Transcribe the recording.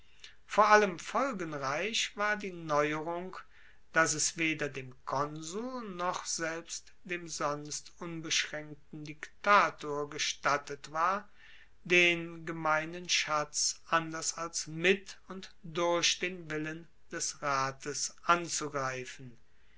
vor allem folgenreich war die neuerung dass es weder dem konsul noch selbst dem sonst unbeschraenkten diktator gestattet war den gemeinen schatz anders als mit und durch den willen des rates anzugreifen